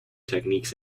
techniques